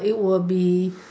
it will be